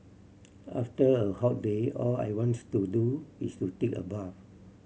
after a hot day all I wants to do is to take a bath